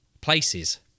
places